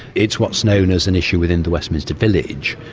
it's what's known as an issue within the westminster village,